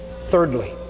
thirdly